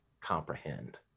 comprehend